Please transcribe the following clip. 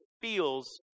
feels